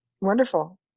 Wonderful